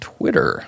Twitter